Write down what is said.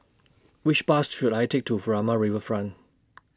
Which Bus should I Take to Furama Riverfront